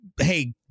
hey